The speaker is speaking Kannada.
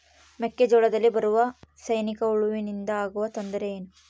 ಮೆಕ್ಕೆಜೋಳದಲ್ಲಿ ಬರುವ ಸೈನಿಕಹುಳುವಿನಿಂದ ಆಗುವ ತೊಂದರೆ ಏನು?